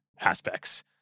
aspects